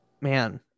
Man